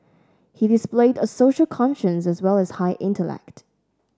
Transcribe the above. he displayed a social conscience as well as high intellect